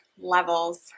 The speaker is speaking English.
levels